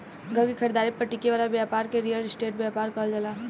घर के खरीदारी पर टिके वाला ब्यपार के रियल स्टेट ब्यपार कहल जाला